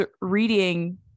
reading